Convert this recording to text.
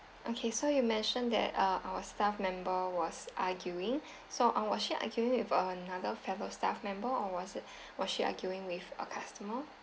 okay so you mentioned that uh our staff member was arguing so uh was she arguing with a fellow staff member or was it was she arguing with a customer